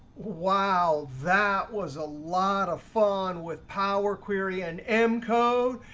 wow. that was a lot of fun with power query and m code.